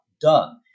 done